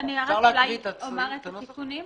אני אומר את התיקונים: